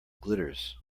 glitters